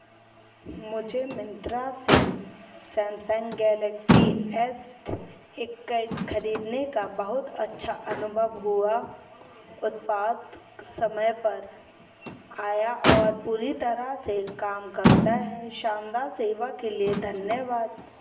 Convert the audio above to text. मुझे मिंत्रा से Samsung Galaxy S एक्कीस खरीदने का बहुत अच्छा अनुभव हुआ उत्पाद समय पर आया और पूरी तरह से काम करता है शानदार सेवा के लिए धन्यवाद